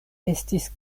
estis